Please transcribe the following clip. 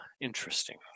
interesting